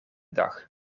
dag